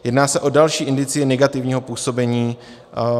Jedná se o další indicie negativního působení NWR.